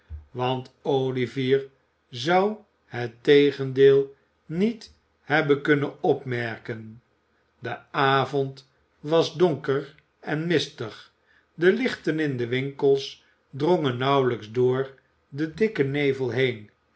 want olivier zou het tegendeel niet hebben kunnen opmerken de avond was donker en mistig de lichten in de winkels drongen nauwelijks door den dikken nevel heen